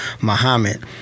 Muhammad